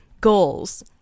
goals